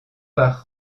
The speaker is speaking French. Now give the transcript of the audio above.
par